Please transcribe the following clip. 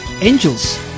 Angels